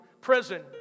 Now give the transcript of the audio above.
prison